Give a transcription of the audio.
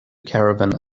caravan